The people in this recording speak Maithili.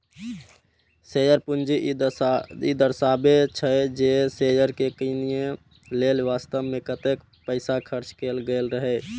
शेयर पूंजी ई दर्शाबै छै, जे शेयर कें कीनय लेल वास्तव मे कतेक पैसा खर्च कैल गेल रहै